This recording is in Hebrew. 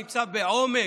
נמצא בעומק.